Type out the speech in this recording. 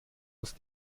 aus